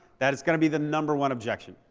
that is going to be the number one objection.